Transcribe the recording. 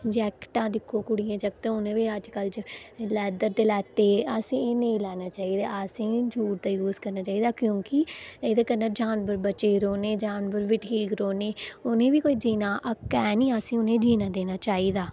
जेकटा दिक्खो अजकल जागते दियां उने बी अजकल लैदर दै लेते आसे नी लेने चाहिदे आसेगी जूट दे लेने चाहिदे कि ऐह्दे कन्ने जानबर बच्चे रोहने जानबर बी ठीक रोहना आसे गी बी जीने दा हक ऐ हैनी आसे गी उंहे गी जीना देना चाहिदा